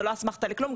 זה לא אסמכתה לכלום,